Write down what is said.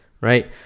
right